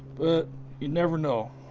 but you never know.